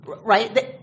Right